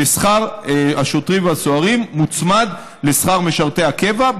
ששכר השוטרים והסוהרים מוצמד לשכר משרתי הקבע,